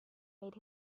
made